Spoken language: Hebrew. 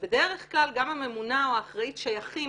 ובדרך כלל גם הממונה או האחראית שייכים